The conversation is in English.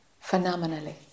phenomenally